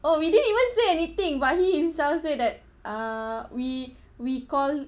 oh we didn't even say anything but he himself say that uh we we call